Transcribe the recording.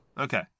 Okay